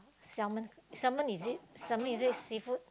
salmon salmon is it salmon is it seafood